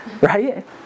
right